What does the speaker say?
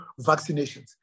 vaccinations